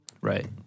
Right